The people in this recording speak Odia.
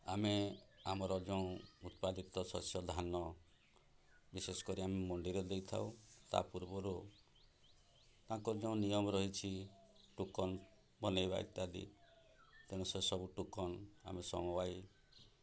ଆମେ ଆମର ଯୋଉଁ ଉତ୍ପାଦିତ ଶସ୍ୟ ଧାନ ବିଶେଷ କରି ଆମେ ମଣ୍ଡିରେ ଦେଇଥାଉ ତା ପୂର୍ବରୁ ତାଙ୍କର ଯେଉଁ ନିୟମ ରହିଛି ଟୋକନ୍ ବନାଇବା ଇତ୍ୟାଦି ତେଣୁ ସେସବୁ ଟୋକନ୍ ଆମେ ସମାଇ